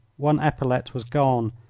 one epaulette was gone,